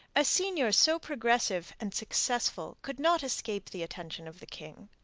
a seigneur so progressive and successful could not escape the attention of the king.